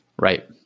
Right